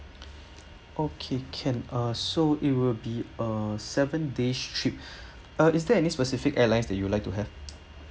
okay can uh so it will be uh seven days trip uh is there any specific airlines that you'd like to have